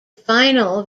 final